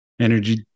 Energy